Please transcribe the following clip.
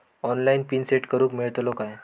Online pin set करूक मेलतलो काय?